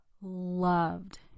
loved